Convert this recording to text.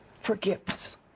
Forgiveness